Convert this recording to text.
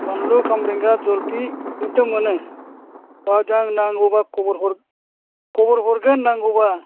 बानलु खामरेंगा जलफि बेथ' मोनो औ दा नांगौबा खबर खबर हरगोन नांगौबा